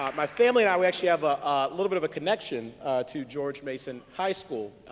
um my family and actually have a little bit of a connection to george mason high school.